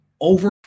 over